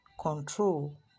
control